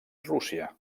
rússia